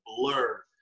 blur